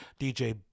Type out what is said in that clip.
DJ